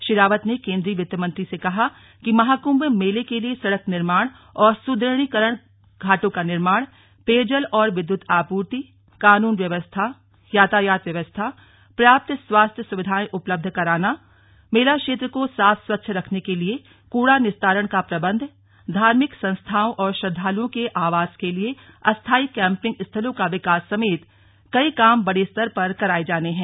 श्री रावत ने केंद्रीय वित्त मंत्री से कहा कि महाकुम्भ मेले के लिए सड़क निर्माण और सुदुढ़ीकरण घाटों का निर्माण पेयजल और विद्युत आपूर्ति कानून व्यवस्था यातायात व्यवस्था पर्याप्त स्वास्थ्य सुविधाए उपलब्ध कराना मेला क्षेत्र को साफ स्वच्छ रखने के लिए कूड़ा निस्तारण का प्रबंध धार्मिक संस्थाओं और श्रद्धालुओं के आवास के लिए अस्थाई कैम्पिंग स्थलों का विकास समेत कई काम बड़े स्तर पर कराए जाने हैं